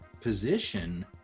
position